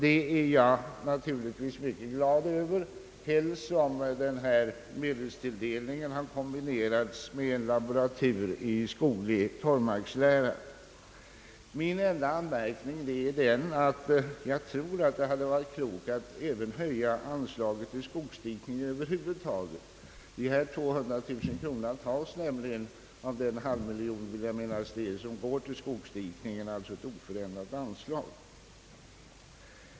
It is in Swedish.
Jag är naturligtvis mycket glad över detta, helst som denna medelstilldelning har kombinerats med inrättandet av en laboratur i skoglig torvmarkslära. Min enda anmärkning är att det hade varit klokt att även höja anslaget till skogsdikning över huvud taget. Dessa 200000 kronor tas nämligen från det anslag på en halv miljon kronor, vill jag minnas, som utgår till skogsdikning, alltså i år ett oförändrat anslag.